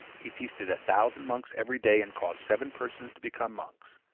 he feasted a thousand monks every day, and caused seven persons to become monks.